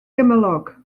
gymylog